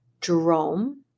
Jerome